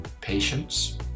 patience